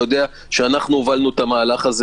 אתה יודע שאנחנו הובלנו את המהלך הזה